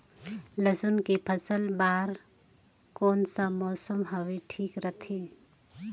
लसुन के फसल बार कोन सा मौसम हवे ठीक रथे?